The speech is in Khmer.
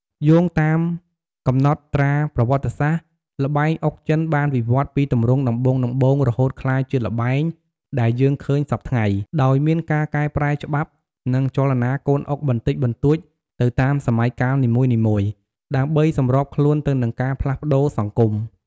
យោងតាមកំណត់ត្រាប្រវត្តិសាស្ត្រ ល្បែងអុកចិនបានវិវឌ្ឍន៍ពីទម្រង់ដំបូងៗរហូតក្លាយជាល្បែងដែលយើងឃើញសព្វថ្ងៃ ដោយមានការកែប្រែច្បាប់ និងចលនាកូនអុកបន្តិចបន្តួចទៅតាមសម័យកាលនីមួយៗ ដើម្បីសម្របខ្លួនទៅនឹងការផ្លាស់ប្តូរសង្គម។